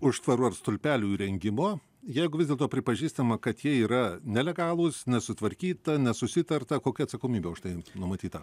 užtvarų ar stulpelių įrengimo jeigu vis dėlto pripažįstama kad jie yra nelegalūs nesutvarkyta nesusitarta kokia atsakomybė už tai numatyta